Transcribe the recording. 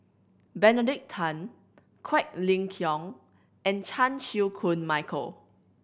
Benedict Tan Quek Ling Kiong and Chan Chew Koon Michael